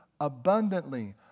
abundantly